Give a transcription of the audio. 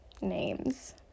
names